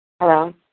Hello